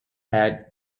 had